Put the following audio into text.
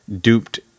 duped